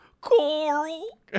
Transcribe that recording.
Coral